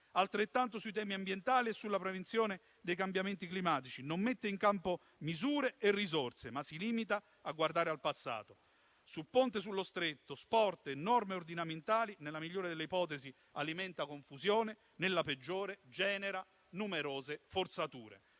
né sui temi ambientali e sulla prevenzione dei cambiamenti climatici; non mette in campo misure e risorse, ma si limita a guardare al passato. Sul Ponte sullo Stretto, sport e norme ordinamentali, nella migliore delle ipotesi alimenta confusione, nella peggiore genera numerose forzature: